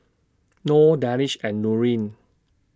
Nor Danish and Nurin